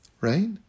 right